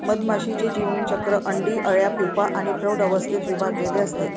मधमाशीचे जीवनचक्र अंडी, अळ्या, प्यूपा आणि प्रौढ अवस्थेत विभागलेले असते